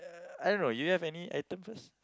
I don't know do you have any items first